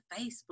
facebook